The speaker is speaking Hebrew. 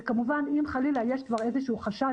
וכמובן אם חלילה יש כבר איזשהו חשד